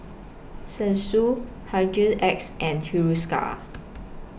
Selsun Hygin X and Hiruscar